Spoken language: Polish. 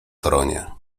tronie